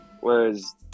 Whereas